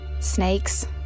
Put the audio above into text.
Snakes